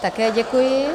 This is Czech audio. Také děkuji.